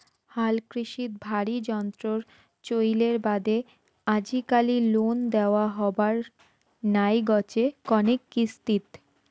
হালকৃষিত ভারী যন্ত্রর চইলের বাদে আজিকালি লোন দ্যাওয়া হবার নাইগচে কণেক কিস্তিত